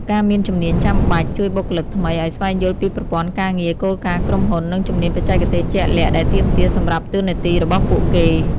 ការមានជំនាញចាំបាច់ ជួយបុគ្គលិកថ្មីឲ្យស្វែងយល់ពីប្រព័ន្ធការងារ គោលការណ៍ក្រុមហ៊ុន និងជំនាញបច្ចេកទេសជាក់លាក់ដែលទាមទារសម្រាប់តួនាទីរបស់ពួកគេ។